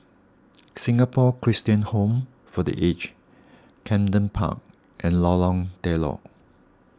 Singapore Christian Home for the Aged Camden Park and Lorong Telok